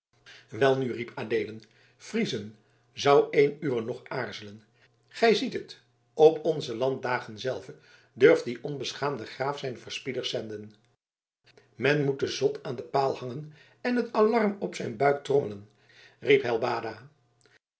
welnu riep adeelen friezen zou een uwer nog aarzelen gij ziet het op onze landdagen zelve durft die onbeschaamde graaf zijn verspieders zenden men moet den zot aan den paal hangen en het alarm op zijn buik trommelen riep helbada